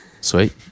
sweet